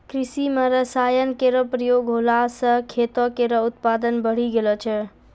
कृषि म रसायन केरो प्रयोग होला सँ खेतो केरो उत्पादन बढ़ी गेलो छै